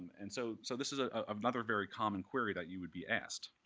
and so so this is ah another very common query that you would be asked.